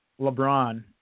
LeBron